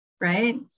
right